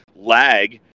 lag